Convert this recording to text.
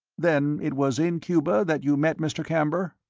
then it was in cuba that you met mr. camber?